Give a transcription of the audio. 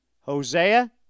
Hosea